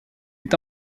est